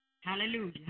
hallelujah